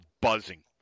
buzzing